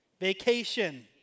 vacation